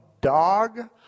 dog